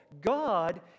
God